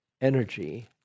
energy